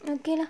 okay lah